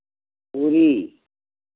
पूरी